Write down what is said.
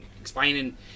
Explaining